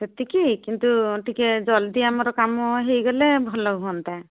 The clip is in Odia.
ସେତିକି କିନ୍ତୁ ଟିକେ ଜଲ୍ଦି ଆମର କାମ ହୋଇଗଲେ ଭଲ ହୁଅନ୍ତା